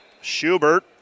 Schubert